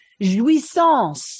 jouissance